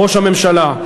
ראש הממשלה.